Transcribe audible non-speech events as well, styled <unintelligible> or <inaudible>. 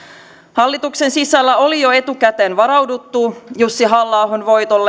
hallituksen sisällä oli jo etukäteen varauduttu jussi halla ahon voittoon <unintelligible>